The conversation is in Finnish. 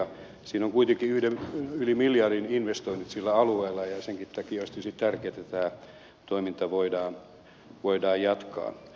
siinä on kuitenkin yli miljardin investoinnit sillä alueella ja senkin takia olisi tietysti tärkeätä että tätä toimintaa voidaan jatkaa